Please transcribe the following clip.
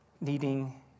needing